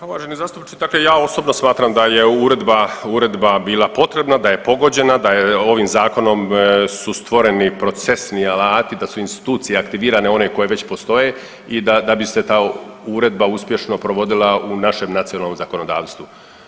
Pa uvaženi zastupniče, ja osobno smatram da je Uredba bila potrebna, da je pogođena, da je ovim Zakonom su stvoreni procesni alati da su institucije aktivirane, one koje već postoje i da bi se ta Uredba uspješno provodila u našem nacionalnom zakonodavstvu.